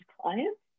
clients